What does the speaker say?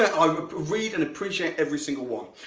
i read and appreciate every single one.